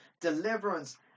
deliverance